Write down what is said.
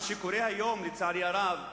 מה שקורה היום, לצערי הרב,